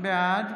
בעד